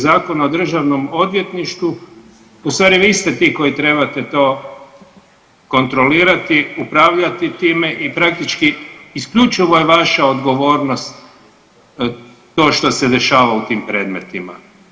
Zakona o državnom odvjetništvu, u stvari vi ste ti koji trebate to kontrolirati, upravljati time i praktički isključivo je vaša odgovornost to što se dešava u tim predmetima.